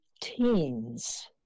teens